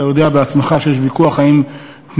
אתה יודע בעצמך שיש ויכוח אם פנימייה,